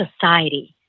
society